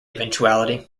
eventuality